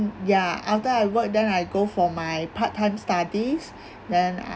ya after I work then I go for my part time studies then I